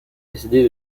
décidé